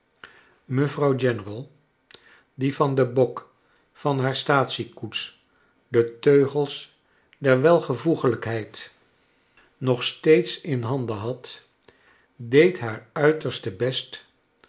mevrouw general die van den bok van haar staatsiekoets de teugels der welvoegelijkheid nog steeds in handen had deed haar uiterste best